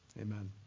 Amen